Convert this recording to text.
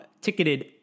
ticketed